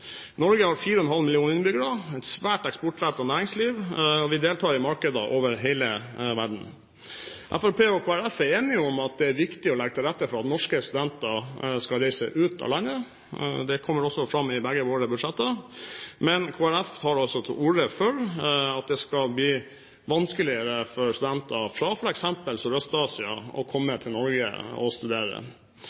Norge har 4,5 millioner innbyggere og et svært eksportrettet næringsliv. Vi deltar i markeder over hele verden. Fremskrittspartiet og Kristelig Folkeparti er enige om at det er viktig å legge til rette for at norske studenter skal reise ut av landet. Det kommer også fram i begges budsjetter. Men Kristelig Folkeparti tar altså til orde for at det skal bli vanskeligere for studenter fra f.eks. Sørøst-Asia å komme til Norge og studere.